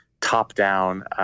top-down